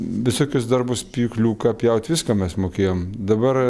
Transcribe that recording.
visokius darbus pjūkliuką pjauti viską mes mokėjom dabar